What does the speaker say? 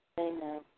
Amen